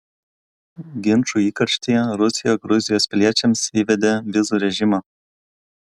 ginčų įkarštyje rusija gruzijos piliečiams įvedė vizų režimą